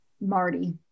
Marty